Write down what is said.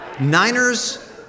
Niners